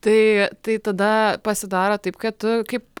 tai tai tada pasidaro taip kad tu kaip